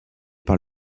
par